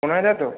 শোনা যায় তো